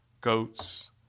goats